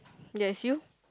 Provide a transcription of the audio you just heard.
yes you